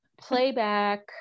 playback